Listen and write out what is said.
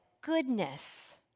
goodness